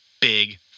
big